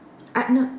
uh no